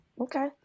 Okay